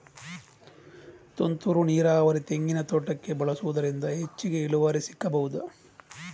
ತುಂತುರು ನೀರಾವರಿ ತೆಂಗಿನ ತೋಟಕ್ಕೆ ಬಳಸುವುದರಿಂದ ಹೆಚ್ಚಿಗೆ ಇಳುವರಿ ಸಿಕ್ಕಬಹುದ?